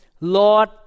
Lord